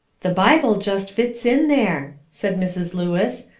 the bible just fits in there, said mrs. lewis.